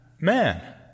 man